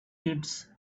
kids